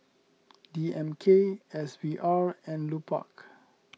D M K S V R and Lupark